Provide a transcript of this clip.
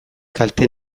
kalte